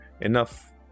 Enough